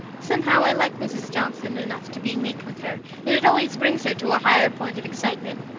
somehow i like mrs. johnson enough to be meek with her, and it always brings her to a higher point of excitement.